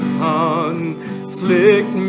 conflict